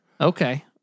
Okay